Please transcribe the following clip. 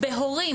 בהורים,